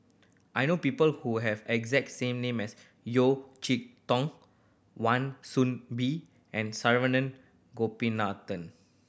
I know people who have exact same name as Yeo Tong Wan Soon Bee and Saravanan Gopinathan